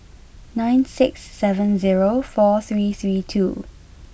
nine six seven zero four three three two